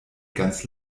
ganz